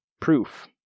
proof